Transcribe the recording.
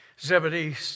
Zebedee